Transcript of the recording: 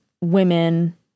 women